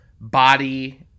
body